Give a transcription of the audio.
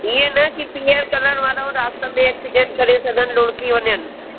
हीअं न की पीअण करण वारा और रस्ते में एक्सीडंट करे छॾन ऐं लुड़िकी वञनि